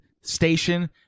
station